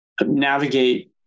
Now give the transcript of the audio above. navigate